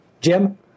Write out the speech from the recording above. Jim